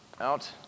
out